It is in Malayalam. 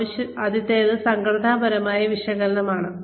ആദ്യത്തേത് സംഘടനാപരമായ വിശകലനമാണ്